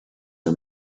are